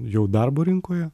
jau darbo rinkoje